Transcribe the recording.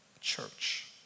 church